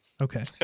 Okay